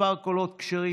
מספר קולות כשרים,